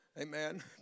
Amen